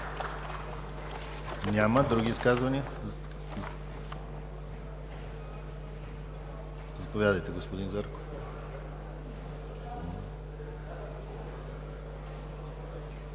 Няма. Други изказвания? Заповядайте, господин Марешки.